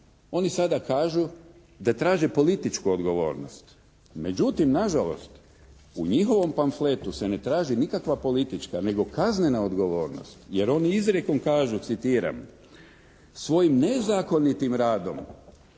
oni sada kažu da traže političku odgovornost. Međutim na žalost, u njihovom pamfletu se ne traži nikakva politička nego kaznena odgovornost, jer oni izrijekom kažu citiram: "svojim nezakonitim radom".